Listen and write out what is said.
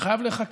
שחייב להיחקר.